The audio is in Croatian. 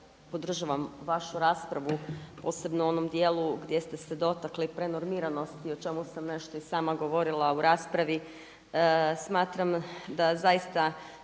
podržavam vašu raspravu posebno u onom dijelu gdje ste se dotakli prenormiranosti o čemu sam nešto i sama govorila u raspravi. Smatram da zaista